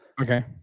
Okay